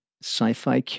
sci-fi